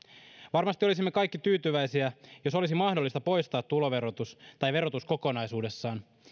varmasti olisimme kaikki tyytyväisiä jos olisi mahdollista poistaa tuloverotus tai verotus kokonaisuudessaan